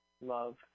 Love